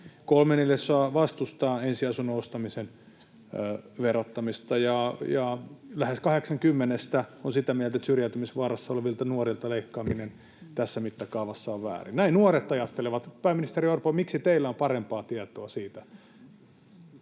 kolme neljäsosaa vastustaa ensiasunnon ostamisen verottamista, ja lähes kahdeksan kymmenestä on sitä mieltä, että syrjäytymisvaarassa olevilta nuorilta leikkaaminen tässä mittakaavassa on väärin. Näin nuoret ajattelevat. Pääministeri Orpo, miksi teillä on parempaa tietoa siitä?